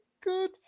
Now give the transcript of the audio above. good